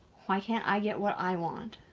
why can't i get what i want?